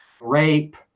rape